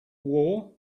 war